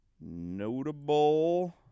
Notable